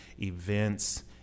events